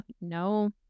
no